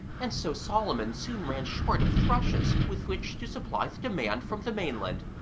and so solomon soon ran short of thrushes with which to supply the demand from the mainland.